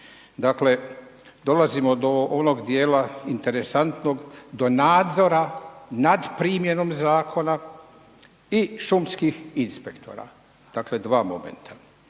Dakle dolazimo do onog dijela interesantnog, do nadzora nad primjenom zakona i šumskih inspektora, dakle dva momenta